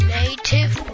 native